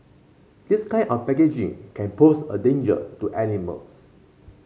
this kind of packaging can pose a danger to animals